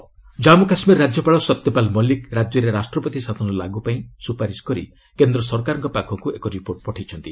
JK president rule Jammu Kashmir Satyapal ସତ୍ୟପାଲ ମଲ୍ଲିକ ରାଜ୍ୟରେ ରାଷ୍ଟ୍ରପତି ଶାସନ ଲାଗି ପାଇଁ ସୁପାରିଶ କରି କେନ୍ଦ୍ର ସରକାରଙ୍କ ପାଖକୁ ଏକ ରିପୋର୍ଟ ପଠାଇଛନ୍ତି